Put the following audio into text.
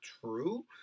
true